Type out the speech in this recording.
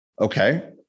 Okay